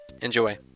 Enjoy